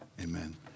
Amen